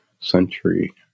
century